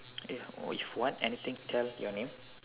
eh if what anything tell your name